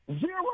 Zero